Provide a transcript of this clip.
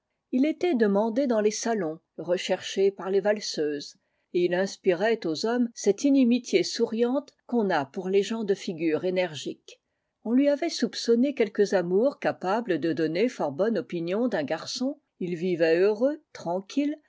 ii était demande dans les salons recherché par les valseuses et il inspirait aux hommes cette inimitié souriante qu'on a pour les gens de figure énergique on lui avait soupçonné quelques amours capables de donner fort bonne opinion d'un garçon ii vivait heureux tranquille